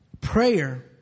Prayer